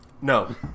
no